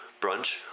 brunch